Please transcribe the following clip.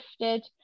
shifted